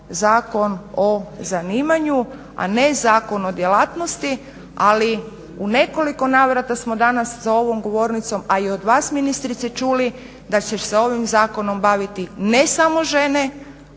zakon o zanimanju, a ne zakon o djelatnosti. Ali u nekoliko navrata smo danas za ovom govornicom, a i od vas ministrice, čuli da će se ovim zakonom baviti ne samo žene